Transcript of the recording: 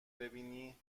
ببینی